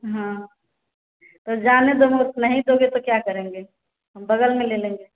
हाँ पर जाने दो हम लोग नहीं दोगे तो क्या करेंगे हम बग़ल में ले लेंगे